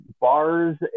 bars